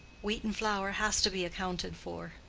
wheaten flour has to be accounted for.